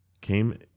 came